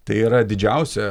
tai yra didžiausia